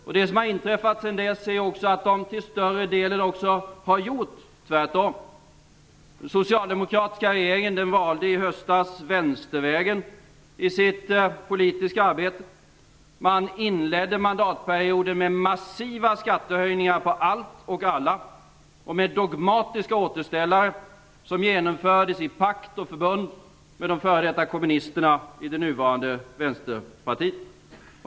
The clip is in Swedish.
Det som har inträffat sedan dess är att de till större delen har gjort tvärtom. Den socialdemokratiska regeringen valde i höstas vänstervägen i sitt politiska arbete. Man inledde mandatperioden med massiva skattehöjningar på allt och alla. Det var dogmatiska återställare som genomfördes i pakt och förbund med de f.d. kommunisterna i det nuvarande Vänsterpartiet.